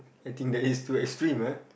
I think that is too extreme ah